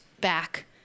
back